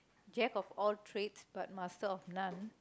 jack of all trades but master of none